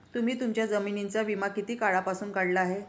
तुम्ही तुमच्या जमिनींचा विमा किती काळापासून काढला आहे?